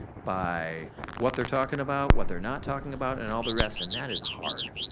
by what they're talking about, what they're not talking about and all the rest and that is hard.